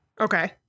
Okay